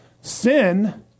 sin